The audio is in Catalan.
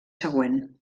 següent